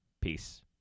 Peace